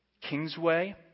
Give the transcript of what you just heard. Kingsway